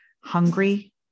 hungry